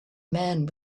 man